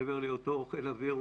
מעבר להיותו חיל האוויר,